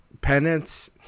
penance